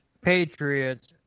Patriots